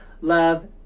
Love